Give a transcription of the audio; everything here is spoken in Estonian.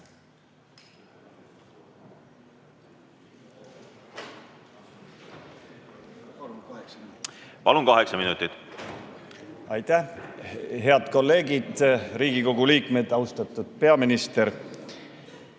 Palun, kaheksa minutit. Aitäh! Head kolleegid Riigikogu liikmed! Austatud peaminister!